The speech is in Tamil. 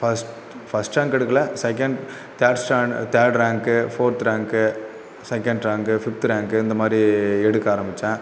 ஃபஸ்ட் ஃபஸ்ட் ரேங்க் எடுக்கலை second third standard third rank fourth rank second rank fifth rank இந்தமாதிரி எடுக்க ஆரம்பித்தேன்